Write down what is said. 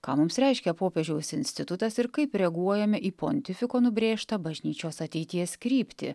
ką mums reiškia popiežiaus institutas ir kaip reaguojame į pontifiko nubrėžtą bažnyčios ateities kryptį